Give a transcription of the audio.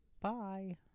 Bye